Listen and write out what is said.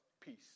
Peace